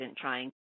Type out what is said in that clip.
trying